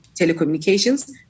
telecommunications